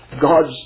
God's